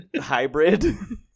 hybrid